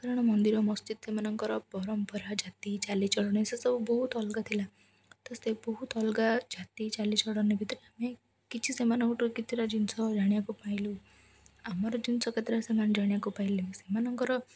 କାରଣ ମନ୍ଦିର ମସ୍ଜିଦ୍ ସେମାନଙ୍କର ପରମ୍ପରା ଜାତି ଚାଲିଚଳନ ସେସବୁ ବହୁତ ଅଲଗା ଥିଲା ତ ସେ ବହୁତ ଅଲଗା ଜାତି ଚାଲିଚଳନ ଭିତରେ ଆମେ କିଛି ସେମାନଙ୍କଠୁ କିଛିଟା ଜିନିଷ ଜାଣିବାକୁ ପାଇଲୁ ଆମର ଜିନିଷ କେତେଟା ସେମାନେ ଜାଣିବାକୁ ପାଇଲେ ସେମାନଙ୍କର